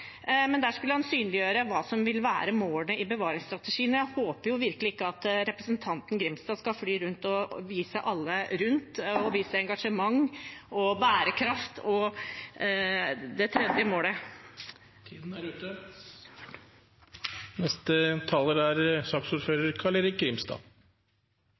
men der skulle han synliggjøre hva som vil være målene i bevaringsstrategien. Jeg håper virkelig ikke at representanten Grimstad skal fly rundt og vise alle rundt og vise engasjement og bærekraft